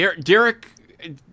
Derek